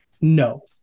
No